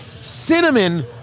Cinnamon